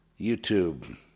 YouTube